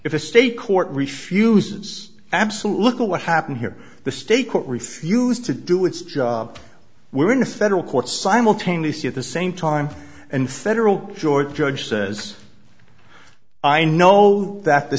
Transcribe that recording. if a state court refuses absolute look at what happened here the state court refused to do its job we're in a federal court simultaneously at the same time and federal jord judge says i know that the